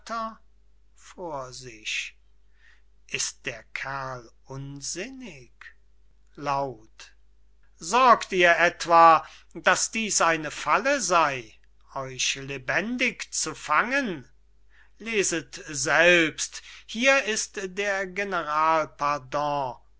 ist der kerl unsinnig sorgt ihr etwa daß diß eine falle sey euch lebendig zu fangen leset selbst hier ist der